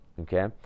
Okay